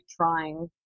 trying